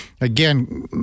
again